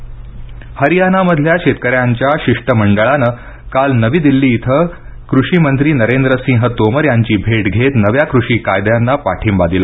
तोमर हरियानामधल्या शेतकऱ्यांच्या शिष्टमंडळानं काल नवी दिल्ली इथं कृषी मंत्री नरेंद्र सिंह तोमर यांची भेट घेत नव्या कृषी कायद्यांना पाठींबा दिला